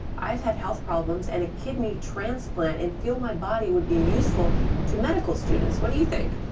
i've had health problems and a kidney transplant and feel my body would be useful to medical students. what do you think?